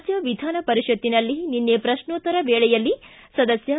ರಾಜ್ಯ ವಿಧಾನ ಪರಿಷತ್ತಿನಲ್ಲಿ ನಿನ್ನೆ ಪ್ರಕ್ನೋತ್ತರ ವೇಳೆಯಲ್ಲಿ ಸದಸ್ಯ ಬಿ